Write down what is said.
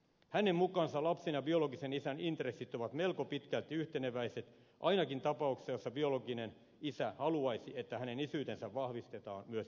hänen mukaansa lapsen ja biologisen isän intressit ovat melko pitkälti yhteneväiset ainakin tapauksessa jossa biologinen isä haluaisi että hänen isyytensä vahvistetaan myös juridisesti